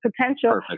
potential